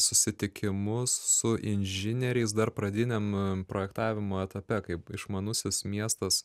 susitikimus su inžinieriais dar pradiniam projektavimo etape kaip išmanusis miestas